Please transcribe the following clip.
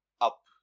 up